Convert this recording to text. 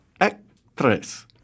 actress